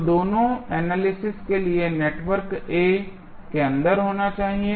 तो दोनों एनालिसिस के लिए नेटवर्क A के अंदर होना चाहिए